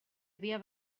havia